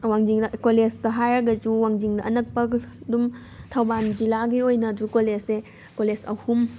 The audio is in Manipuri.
ꯋꯥꯡꯖꯤꯡꯗ ꯀꯣꯂꯦꯖꯇ ꯍꯥꯏꯔꯒꯁꯨ ꯋꯥꯡꯖꯤꯡꯗ ꯑꯅꯛꯄ ꯑꯗꯨꯝ ꯊꯧꯕꯥꯜ ꯖꯤꯂꯥꯒꯤ ꯑꯣꯏꯅ ꯑꯗꯨ ꯀꯣꯂꯦꯖꯁꯦ ꯀꯣꯂꯦꯖ ꯑꯍꯨꯝ